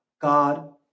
God